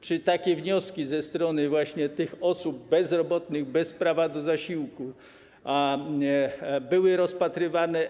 Czy takie wnioski ze strony właśnie tych osób bezrobotnych bez prawa do zasiłku były rozpatrywane?